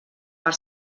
per